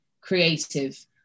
creative